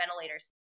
ventilators